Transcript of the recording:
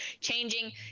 changing